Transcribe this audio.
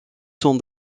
sont